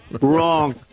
Wrong